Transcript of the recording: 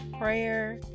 prayer